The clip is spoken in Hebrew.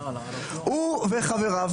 הוא וחבריו,